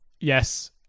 Yes